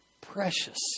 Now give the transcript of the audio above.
precious